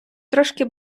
трошки